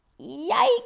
Yikes